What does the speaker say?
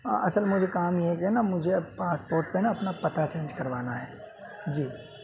اصل مجھے کام یہ ہے کہ نا مجھے پاسپوٹ پہ نا اپنا پتہ چینج کروانا ہے جی